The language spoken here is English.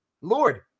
Lord